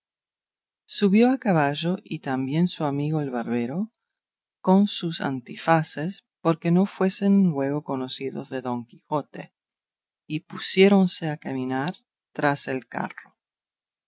subió a caballo y también su amigo el barbero con sus antifaces porque no fuesen luego conocidos de don quijote y pusiéronse a caminar tras el carro